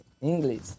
English